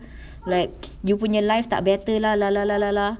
like you punya life tak better lah blah blah blah blah